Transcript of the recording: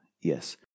Yes